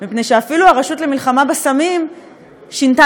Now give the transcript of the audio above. מפני שאפילו הרשות למלחמה בסמים שינתה